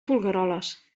folgueroles